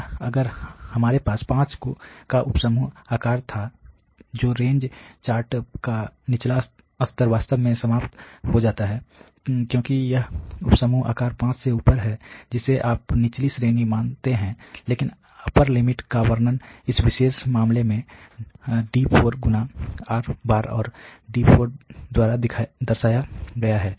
और अगर हमारे पास 5 का उप समूह आकार था तो रेंज चार्ट का निचला स्तर वास्तव में समाप्त हो जाता है क्योंकि यह उप समूह आकार 5 से ऊपर है जिसे आप निचली श्रेणी मानते हैं लेकिन अपर लिमिट का वर्णन इस विशेष मामले में D4R और D4 द्वारा दर्शाया गया है